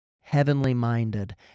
heavenly-minded